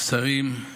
השרים,